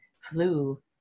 flu